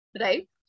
Right